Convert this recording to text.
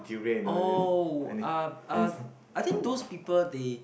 oh uh uh I think those people they